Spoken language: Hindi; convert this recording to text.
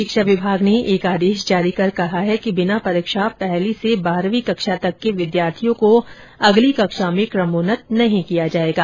शिक्षा विभाग ने एक आदेश जारी कर कहा है कि बिना परीक्षा पहली से बारहवीं कक्षा तक के विद्यार्थियों को अगली कक्षा में कमोन्नत नहीं किया जाएगा